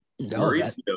Mauricio